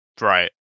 right